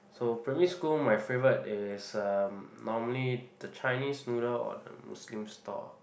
so primary school my favourite is um normally the Chinese noodle or the Muslim store